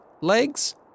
legs